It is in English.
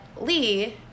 Lee